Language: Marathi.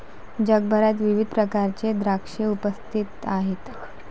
जगभरात विविध प्रकारचे द्राक्षे उपस्थित आहेत